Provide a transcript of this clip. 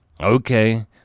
Okay